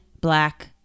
black